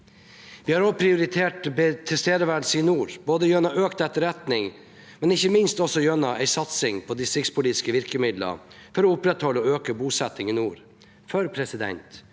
Vi har også prioritert tilstedeværelse i nord, både ved økt etterretning og ikke minst ved å satse på distriktspolitiske virkemidler for å opprettholde og øke bosettingen i nord.